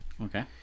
okay